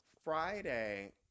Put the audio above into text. Friday